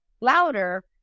louder